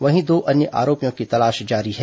वहीं दो अन्य आरोपियों की तलाश जारी है